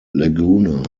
laguna